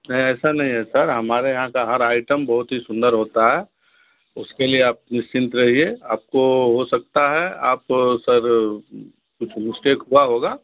ऐसा नहीं है सर हमारे यहाँ का हर आइटम बहुत ही सुंदर होता है उसके लिए आप निश्चिंत रहिए आप को हो सकता है आप सर कुछ मिस्टेक हुआ होगा